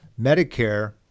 Medicare